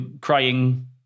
crying